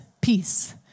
peace